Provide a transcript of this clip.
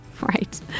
right